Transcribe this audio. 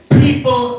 people